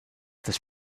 this